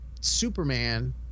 Superman